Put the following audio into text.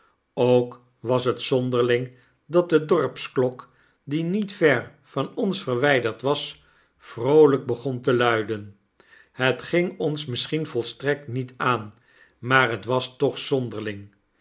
ook was het zonderling dat de dorpsklok die niet ver van ons verwijderd was vroolyk begon te luiden het ging ons misschien volstrekt niet aan maar het was toch zonderling